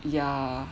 ya